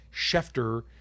Schefter